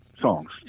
songs